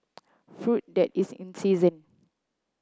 fruit that is in season